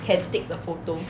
can take the photos